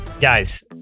Guys